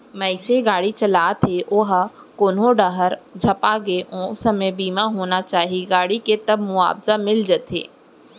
मनसे गाड़ी चलात हे ओहा कोनो डाहर झपागे ओ समे बीमा होना चाही गाड़ी के तब मुवाजा मिल जाथे